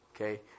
Okay